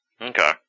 Okay